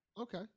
Okay